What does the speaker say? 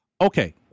Okay